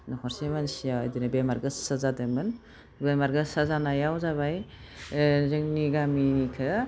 नख'रसे मानसिया बिदिनो बेमार गोस्सा जादोंमोन बेमार गोस्सा जानायाव जाबाय जोंनि गामिनिखौ